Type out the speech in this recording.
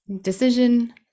decision